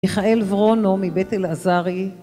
מיכאל ורונו מבית אלעזרי